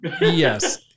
Yes